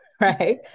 right